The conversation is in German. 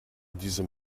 diesem